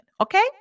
okay